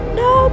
no